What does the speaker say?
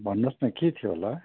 भन्नुहोस् न के थियो होला